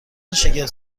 شگفت